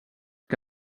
que